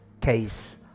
case